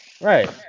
Right